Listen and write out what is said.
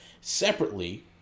separately